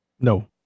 No